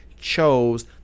chose